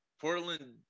Portland